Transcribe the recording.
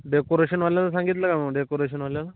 डेकोरेशनवाल्याला सांगितलं का मग डेकोरेशनवाल्याला